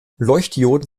leuchtdioden